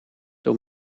door